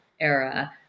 era